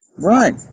Right